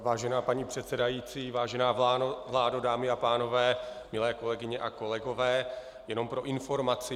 Vážená paní předsedající, vážená vládo, dámy a pánové, milé kolegyně a kolegové, jen pro informaci.